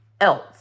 else